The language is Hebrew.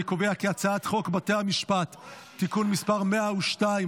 אני קובע כי הצעת חוק בתי המשפט (תיקון מס' 102),